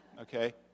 Okay